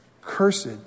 cursed